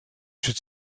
should